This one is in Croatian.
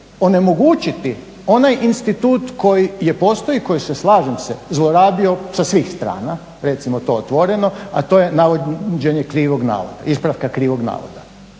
onemogućiti onaj institut koji postoji i koji slažem se zlorabio sa svih strana, recimo to otvoreno, a to je navođenje krivog navoda tj. ispravka krivog navoda.